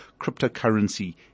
cryptocurrency